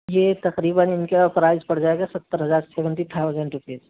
یہ تقریباً ان کا پرائز پڑ جائے گا ستّر ہزار سیونٹی تھاؤزینڈ روپیز